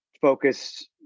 focus